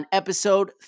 episode